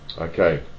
Okay